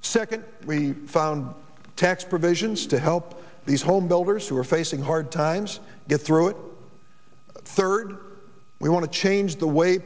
second we found tax provisions to help these homebuilders who are facing hard times get through it third we want to change the way